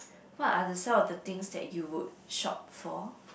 what are the some of the things that you would shop for